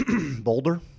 Boulder